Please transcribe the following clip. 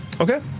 Okay